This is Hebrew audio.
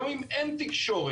גם אם אין תקשורת.